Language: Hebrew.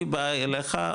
היא באה אליך,